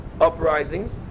uprisings